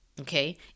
Okay